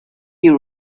you